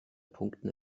punkten